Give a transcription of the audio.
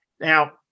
Now